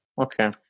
Okay